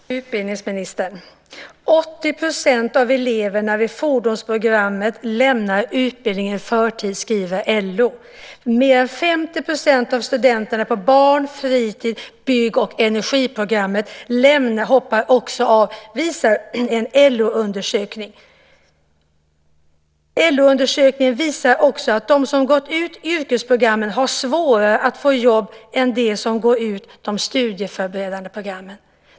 Herr talman, utbildningsministern! 80 % av eleverna vid fordonsprogrammet lämnar utbildningen i förtid, skriver LO i en undersökning som också visar att mer än 50 % av de studerande på barn och fritidsprogrammet, byggprogrammet och energiprogrammet hoppar av. Den visar också att de som gått ut yrkesprogrammen har svårare att få jobb än de som gått ut från de studieförberedande programmen.